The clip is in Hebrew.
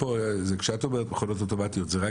כשאת אומרת מכונות אוטומטיות זה רק